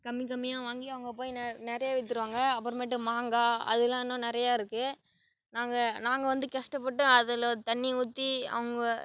கம்மி கம்மியாக வாங்கி அவங்க போய் ந நிறைய விற்றுருவாங்க அப்புறமேட்டு மாங்காய் அதெலாம் இன்னும் நிறையா இருக்கு நாங்கள் நாங்கள் வந்து கஷ்டப்பட்டு அதில் தண்ணி ஊற்றி அவங்க